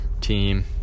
team